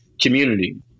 community